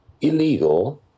illegal